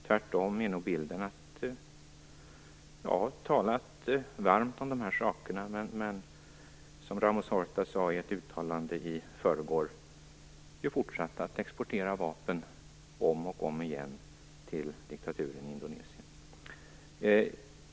Tvärtom är nog bilden att vi har talat varmt om saken, men att vi fortsatt exportera vapen om och om igen till diktaturen Indonesien. Detta sade José Ramos Horta i ett uttalande i förrgår.